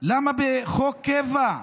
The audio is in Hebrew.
למה בחוק קבע?